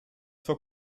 vor